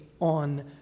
on